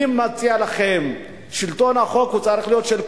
אני מציע לכם, שלטון החוק צריך להיות של כולם.